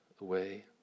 away